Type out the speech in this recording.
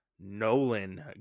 Nolan